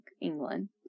England